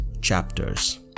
chapters